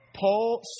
Paul